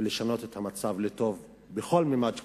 ולשנות את המצב לטוב בכל ממד כלשהו.